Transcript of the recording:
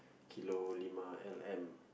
kilo lima L M